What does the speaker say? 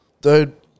Dude